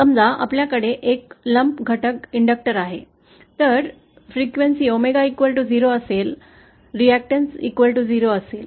समजा आपल्याकडे एक लम्प घटक आहे तर फ्रीक्वेंसी 𝞈0 च्या बरोबरीने रिअॅक्टन्स 0 असेल